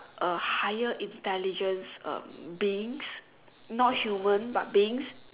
a higher intelligence um beings not human but beings